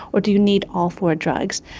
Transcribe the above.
or do you need all four drugs?